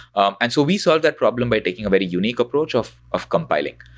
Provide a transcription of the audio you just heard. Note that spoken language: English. um and so we solve that problem by taking a very unique approach of of compiling.